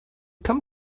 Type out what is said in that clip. come